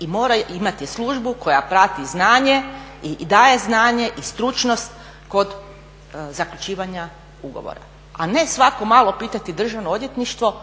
i mora imati službu koja prati znanje i daje znanje i stručnost kod zaključivanja ugovora, a ne svako malo pitati Državno odvjetništvo